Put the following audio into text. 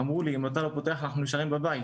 אמרו לי: אם אתה לא פותח אנחנו נשארים בבית.